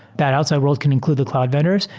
that outside wor ld can include the cloud vendors.